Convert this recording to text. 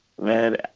man